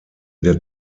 der